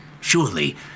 Surely